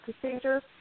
procedures